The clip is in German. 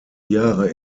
jahre